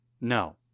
No